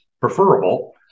preferable